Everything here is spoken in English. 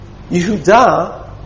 Yehuda